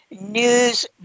news